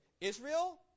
Israel